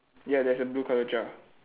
ya there's a blue colour jar